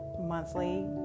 monthly